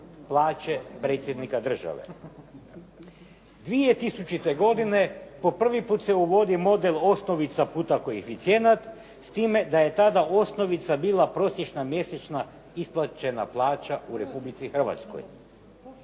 plaće predsjednika države. 2000. godine po prvi put se uvodi model osnovica puta koeficijenat, s time da je tada osnovica bila prosječna mjesečna isplaćena plaća u Republici Hrvatskoj.